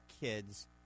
kids